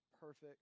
perfect